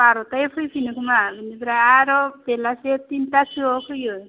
बार'थायाव फैफिनो खोमा बेनिफ्राय आरो बेलासि टिनटासोआव फैयो